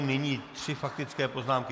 Nyní tři faktické poznámky.